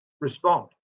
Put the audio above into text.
respond